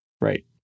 Right